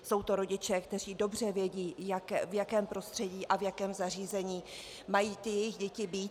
Jsou to rodiče, kteří dobře vědí, v jakém prostředí a v jakém zařízení mají jejich děti být.